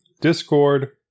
Discord